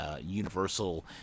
universal